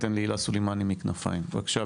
בבקשה.